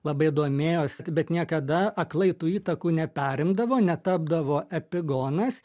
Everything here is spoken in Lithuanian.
labai domėjosi bet niekada aklai tų įtakų neperimdavo netapdavo epigonas